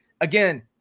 again